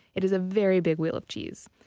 it is a very big wheel of cheese